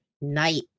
Night